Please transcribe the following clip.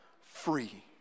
free